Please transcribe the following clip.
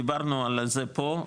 דיברנו על זה פה,